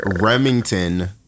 Remington